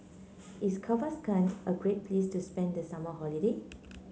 is Kazakhstan a great place to spend the summer holiday